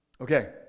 Okay